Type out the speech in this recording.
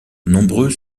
nombreux